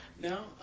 No